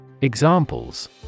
Examples